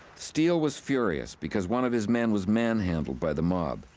steele was furious because one of his men, was manhandled by the mob,